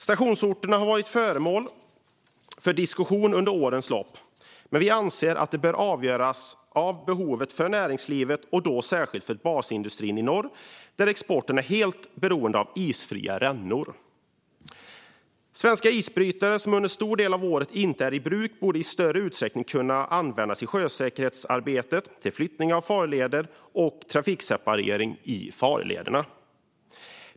Stationsorterna har varit föremål för diskussion under årens lopp, men vi anser att detta bör avgöras av behovet för näringslivet och då särskilt basindustrin i norr där exporten är helt beroende av isfria rännor. Svenska isbrytare, som under stor del av året inte är i bruk, borde i större utsträckning kunna användas i sjösäkerhetsarbete och till flyttning av farleder och trafikseparering i farlederna.